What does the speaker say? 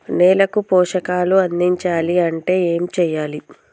నేలకు పోషకాలు అందించాలి అంటే ఏం చెయ్యాలి?